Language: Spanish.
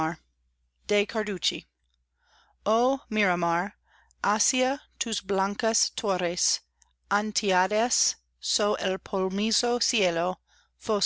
oh miramar hacia tus blancas torres atediadas so el plomizo cielo